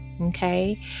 Okay